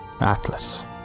Atlas